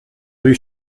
rue